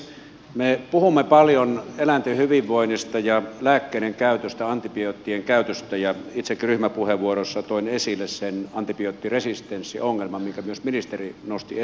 me puhumme paljon eläinten hyvinvoinnista ja lääkkeiden käytöstä antibioottien käytöstä ja itsekin ryhmäpuheenvuorossa toin esille sen antibioottiresistenssiongelman minkä myös ministeri nosti esille